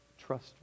trust